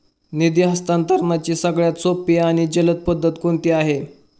निधी हस्तांतरणाची सगळ्यात सोपी आणि जलद पद्धत कोणती आहे?